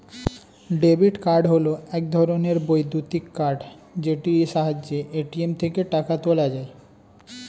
debit card হল এক ধরণের বৈদ্যুতিক কার্ড যেটির সাহায্যে এ.টি.এম থেকে টাকা তোলা যায়